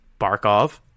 barkov